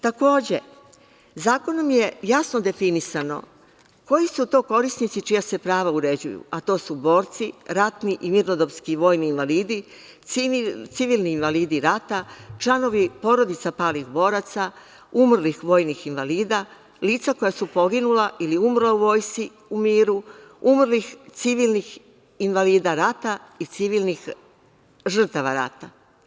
Takođe, zakonom je jasno definisano koji su to korisnici čija se prava uređuju, a to su: borci, ratni i mirnodopski vojni invalidi, civilni invalidi rata, članovi porodica palih boraca, umrlih vojnih invalida, lica koja su poginula ili umrla u vojsci u miru, umrlih civilnih invalida rata i civilnih žrtava rata.